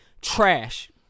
Trash